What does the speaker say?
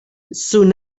soon